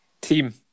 Team